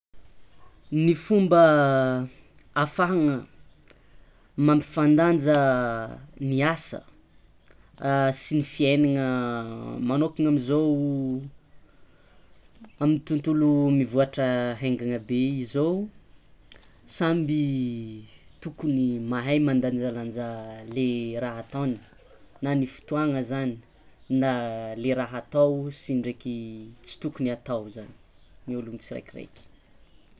Ny fomba afahagna mampifandanja ny asa sy ny fiaignana magnokana amizao, amin'ny tontolo mivoatra aingana be izao samby tokony mahay mandanjalanja le raha ataony na ny fotoagna zany na le raha atao sy ndreky tsy tokony atao zany ny ologno tsiraikiraiky.